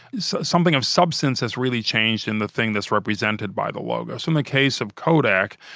so something of substance has really changed in the thing that's represented by the logo. so, in the case of kodak,